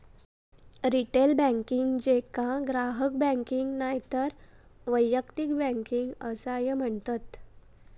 retail banking, जेका ग्राहक banking नायतर वैयक्तिक बँकिंग असाय म्हणतत